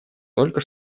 только